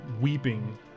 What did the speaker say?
weeping